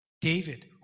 David